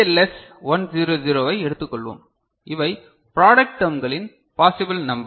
S 100 ஐ எடுத்துள்ளோம் இவை ப்ராடெக்ட் டெர்ம்களின் பாசிபில் நம்பர்